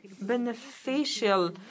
beneficial